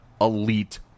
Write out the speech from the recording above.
elite